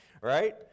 Right